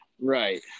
right